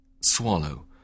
Swallow